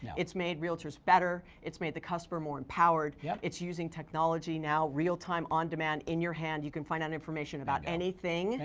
it's made realtors better, it's made the customers more empowered. yep. it's using technology now real-time, on-demand, in your hand, you can find out information about anything.